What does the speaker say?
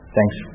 Thanks